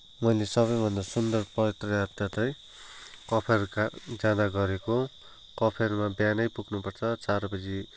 मैले सबैभन्दा सुन्दर पदयात्रा चाहिँ कफेर जाँदा गरेको कफेरमा बिहानै पुग्नुपर्छ चारबजी